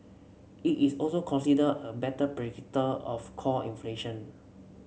it is also considered a better predictor of core inflation